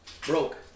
broke